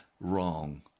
wrong